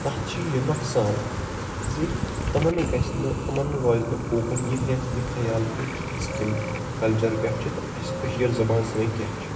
تَتھ چھِ یہِ نۄقصان زِ تِمن گژھِ نہٕ تِمن روزِ نہٕ اوکُن یہِ ہیٚس یہِ خیال کینٛہہ کہِ اسہِ کٮ۪مہِ کَلچر پٮ۪ٹھ چھِ تہٕ اسہِ کشیٖر زَبان سٲنۍ کیاہ چھِ